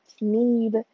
need